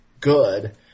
good